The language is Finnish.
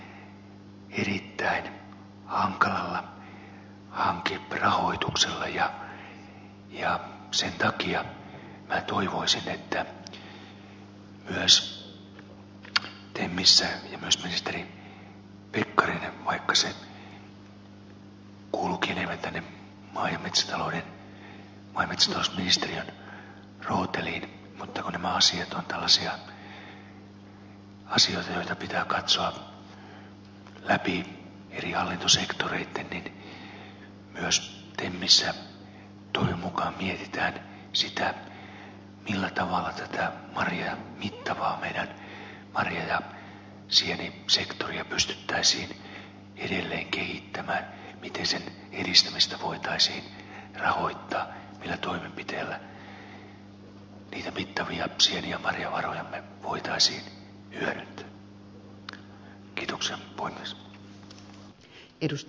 sen takia minä toivoisin että myös temmissä mietittäisiin ja myös ministeri pekkarinen miettisi vaikka se kuuluukin enemmän tänne maa ja metsätalousministeriön rooteliin niin kun nämä asiat ovat tällaisia asioita joita pitää katsoa läpi eri hallintosektoreitten toivon mukaan sitä millä tavalla tätä meidän mittavaa marja ja sienisektoriamme pystyttäisiin edelleen kehittämään miten sen edistämistä voitaisiin rahoittaa millä toimenpiteillä niitä mittavia sieni ja marjavarojamme voitaisiin hyödyntää